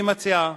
היא מציעה: